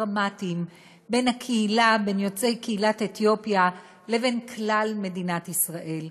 דרמטיים בין יוצאי קהילת אתיופיה לבין כלל מדינת ישראל,